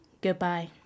Goodbye